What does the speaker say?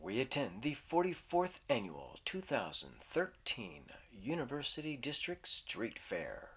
we attend the forty fourth annual two thousand and thirteen university district's street fair